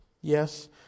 yes